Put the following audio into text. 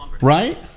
right